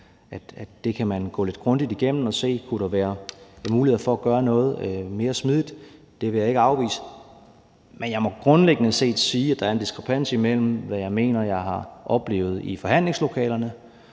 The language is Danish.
kan gå det lidt grundigt igennem og se på, om der kunne være muligheder for at gøre noget mere smidigt. Det vil jeg ikke afvise. Men jeg må grundlæggende set sige, at der er en diskrepans imellem, hvad jeg mener jeg har oplevet i forhandlingslokalerne,